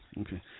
Okay